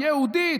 יהודית,